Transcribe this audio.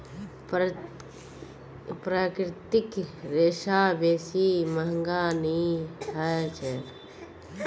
प्राकृतिक रेशा बेसी महंगा नइ ह छेक